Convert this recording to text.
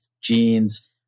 genes